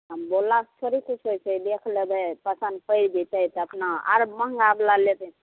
हम बोलला सऽ थोरही किछु होइ छै देख लेबै पसन्द परि जेतै तऽ अपना आर महॅंगा बला लेबै